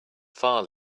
file